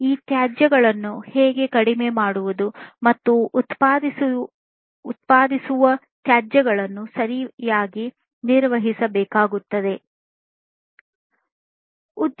ಈ ತ್ಯಾಜ್ಯಗಳನ್ನು ಹೇಗೆ ಕಡಿಮೆ ಮಾಡುವುದು ಮತ್ತು ಉತ್ಪಾದಿಸುವ ತ್ಯಾಜ್ಯಗಳನ್ನು ಸರಿಯಾಗಿ ನಿರ್ವಹಿಸಲು ಸರ್ಕಾರದ ನಿಯಮಗಳಿವೆ